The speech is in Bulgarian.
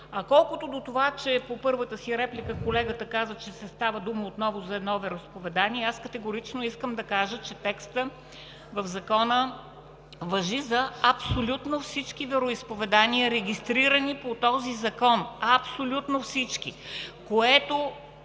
Колкото до това, че по първата си реплика колегата каза, че става дума отново за едно вероизповедание, категорично искам да кажа, че текстът в Закона важи за абсолютно всички вероизповедания, регистрирани и нерегистрирани по този закон. Абсолютно всички!